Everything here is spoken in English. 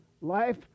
life